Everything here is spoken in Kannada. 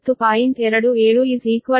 27 50 p